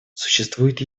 существует